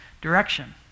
direction